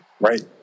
Right